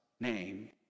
name